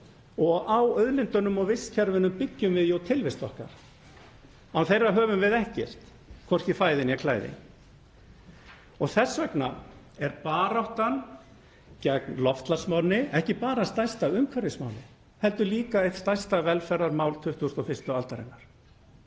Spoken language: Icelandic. og á auðlindunum og vistkerfunum byggjum tilvist okkar. Án þeirra höfum við ekkert, hvorki fæði né klæði. Þess vegna er baráttan gegn loftslagsvánni ekki bara stærsta umhverfismálið heldur líka eitt stærsta velferðarmál 21. aldarinnar.